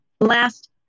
Last